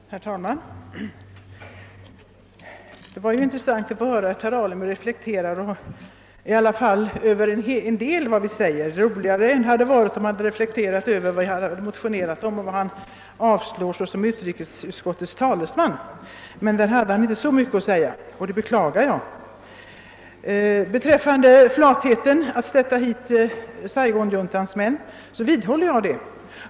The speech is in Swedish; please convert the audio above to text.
Herr talman! Det var intressant att höra att herr Alemyr i alla fall reflekterar över en del av vad vi säger. Ännu roligare hade det varit om han hade reflekterat över vad vi motionerat om och som han som utrikesutskottets talesman avstyrker. Men därvidlag hade han inte så mycket att säga, vilket jag beklagar. Jag vidhåller vad jag sade om regeringens flathet att tillåta Saigonjuntans män att komma hit.